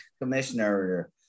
commissioner